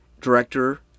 director